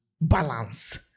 balance